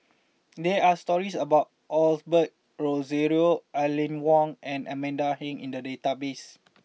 there are stories about Osbert Rozario Aline Wong and Amanda Heng in the database